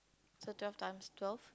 so twelve times twelve